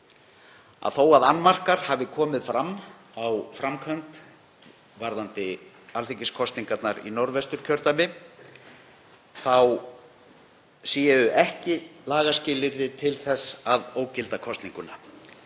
þó að annmarkar hafi komið fram á framkvæmd varðandi alþingiskosningarnar í Norðvesturkjördæmi séu ekki lagaskilyrði til þess að ógilda kosninguna.